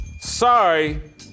sorry